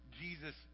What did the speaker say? jesus